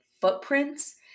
footprints